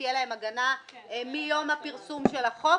שתהיה להם הגנה מיום הפרסום של החוק,